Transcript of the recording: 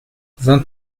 vingt